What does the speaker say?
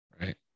Right